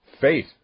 Faith